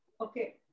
Okay